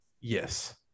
Yes